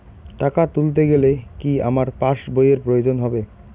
টাকা তুলতে গেলে কি আমার পাশ বইয়ের প্রয়োজন হবে?